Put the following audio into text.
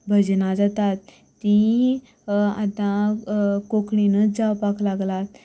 भजनां जातात तींवूय आतां कोंकणीनच जावपाक लागला